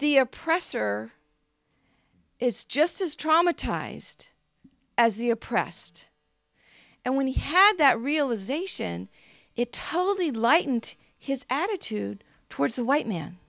the oppressor is just as traumatized as the oppressed and when he had that realisation it totally lightened his attitude towards the white man